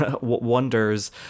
wonders